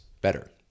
better